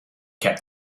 kept